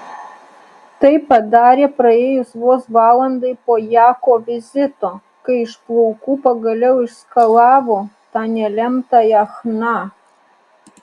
tai padarė praėjus vos valandai po jako vizito kai iš plaukų pagaliau išskalavo tą nelemtąją chna